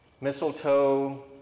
mistletoe